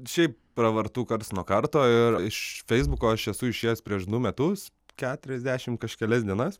šiaip pravartu karts nuo karto ir iš feisbuko aš esu išėjęs prieš du metus keturiasdešimt kažkelias dienas